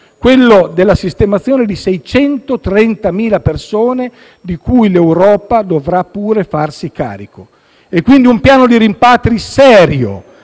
quello della sistemazione di 630.000 persone, di cui l'Europa dovrà pure farsi carico. È quindi necessario un piano di rimpatri serio,